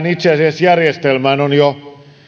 itse asiassa tähän järjestelmään on jo